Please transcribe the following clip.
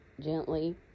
Gently